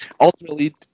ultimately